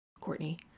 Courtney